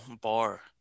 bar